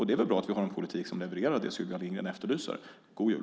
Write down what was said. Det är väl bra att vi har en politik som levererar det Sylvia Lindgren efterlyser? God jul!